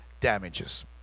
damages